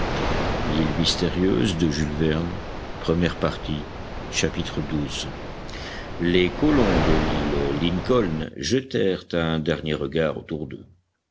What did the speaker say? chapitre xii les colons de l'île lincoln jetèrent un dernier regard autour d'eux